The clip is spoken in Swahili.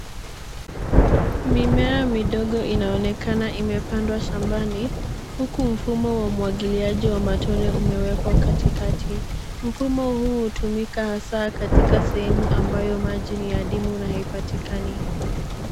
Mimea midogo inaonekana imepandwa shambani uku mfumo wa umwagiliaji wa matone umewekwa katikati. Mfumo huu hutumika hasa katika sehemu ambayo maji ni adimu na haipatikani.